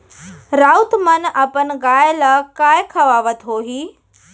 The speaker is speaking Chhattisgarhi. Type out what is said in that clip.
राउत मन अपन गाय ल काय खवावत होहीं